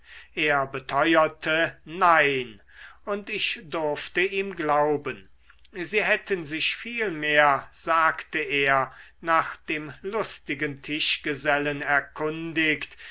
er beteuerte nein und ich durfte ihm glauben sie hätten sich vielmehr sagte er nach dem lustigen tischgesellen erkundigt